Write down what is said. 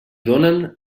donen